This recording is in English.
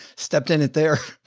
stepped in at there.